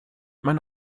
meine